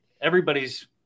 everybody's